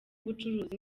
ubucuruzi